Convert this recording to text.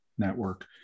network